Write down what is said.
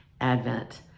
advent